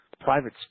private